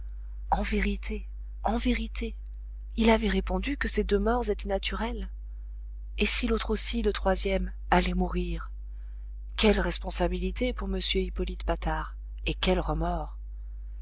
en vérité en vérité il avait répondu que ces deux morts étaient naturelles et si l'autre aussi le troisième allait mourir quelle responsabilité pour m hippolyte patard et quels remords